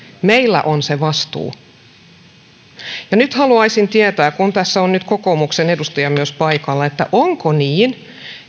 meillä on se vastuu nyt haluaisin tietää kun tässä on nyt myös kokoomuksen edustajia paikalla onko niin